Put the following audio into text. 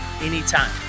anytime